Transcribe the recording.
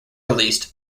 released